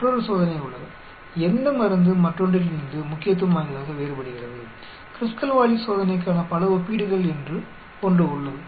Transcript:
மற்றொரு சோதனை உள்ளது எந்த மருந்து மற்றொன்றிலிருந்து முக்கியத்துவம் வாய்ந்ததாக வேறுபடுகிறது க்ருஸ்கல் வாலிஸ் சோதனைக்கான பல ஒப்பீடுகள் என்று ஒன்று உள்ளது